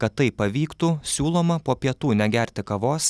kad tai pavyktų siūloma po pietų negerti kavos